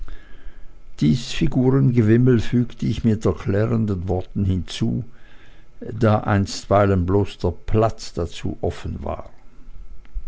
dies figurengewimmel fügte ich mit erklärenden worten hinzu da einstweilen bloß der platz dazu offen war